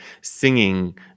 singing